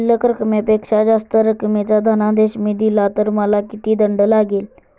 शिल्लक रकमेपेक्षा जास्त रकमेचा धनादेश मी दिला तर मला किती दंड लागेल?